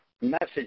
message